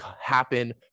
happen